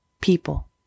people